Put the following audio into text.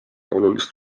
olulist